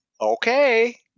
Okay